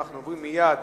אנחנו עוברים מייד